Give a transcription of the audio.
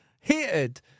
Hated